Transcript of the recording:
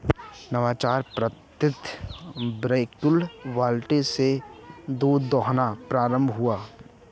नवाचार के पश्चात वैक्यूम बाल्टी से दूध दुहना प्रारंभ हुआ